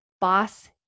boss